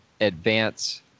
advance